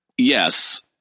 Yes